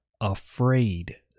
afraid